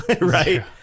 Right